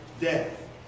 death